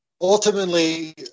ultimately